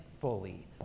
fully